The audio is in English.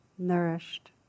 nourished